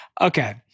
Okay